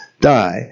die